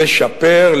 לשפר,